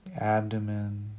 abdomen